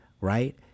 Right